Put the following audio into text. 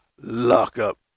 lockup